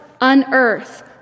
unearth